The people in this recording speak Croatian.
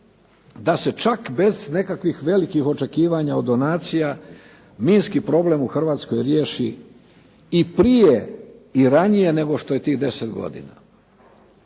da se čak bez nekakvih velikih očekivanja od donacija minski problem u Hrvatskoj riješi i prije i ranije nego što je tih 10 godina.